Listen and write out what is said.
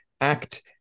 act